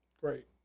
Great